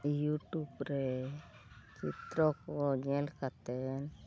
ᱨᱮ ᱪᱤᱛᱨᱚ ᱠᱚ ᱧᱮᱞ ᱠᱟᱛᱮᱫ